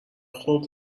خوب